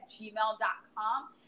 gmail.com